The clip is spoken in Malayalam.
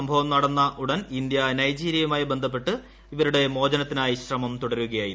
സംഭവം നടന്ന ഉടൻ ഇന്ത്യ നൈജീരിയയുമായി നിരന്തരം ബന്ധപ്പെട്ട് ഇവരുടെ മോചനത്തിനായി ശ്രമം തുടരുകയായിരുന്നു